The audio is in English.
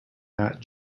that